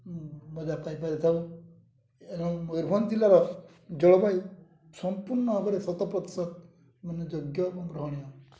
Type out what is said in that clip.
ମଜା ପାଇପାରିଥାଉ ଏବଂ ମୟୂରଭଞ୍ଜ ଜିଲ୍ଲାର ଜଳବାୟୁ ସମ୍ପୂର୍ଣ୍ଣ ଭାବରେ ଶତ ପ୍ରତିଶତ ମାନେ ଯୋଗ୍ୟ ଏବଂ ଗ୍ରହଣୀୟ